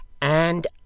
And